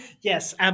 Yes